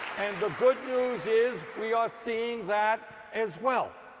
and the good news is we are see ing that as well.